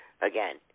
again